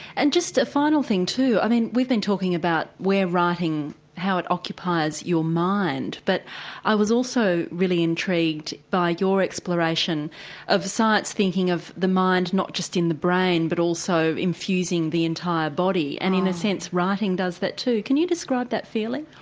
and just a final thing too, we've been talking about where writing. how it occupies your mind. but i was also really intrigued by your exploration of science thinking of the mind not just in the brain but also infusing the entire body and in a sense writing does that too. can you describe that feeling?